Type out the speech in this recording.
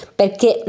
perché